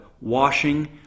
washing